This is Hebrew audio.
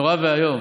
נורא ואיום.